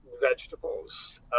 vegetables